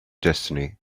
destiny